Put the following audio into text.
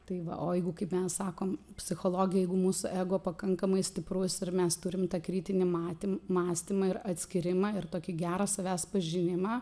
tai va o jeigu kaip mes sakom psichologija jeigu mūsų ego pakankamai stiprus ir mes turim tą kritinį matym mąstymą ir atskyrimą ir tokį gerą savęs pažinimą